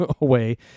away